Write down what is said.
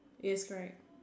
yes correct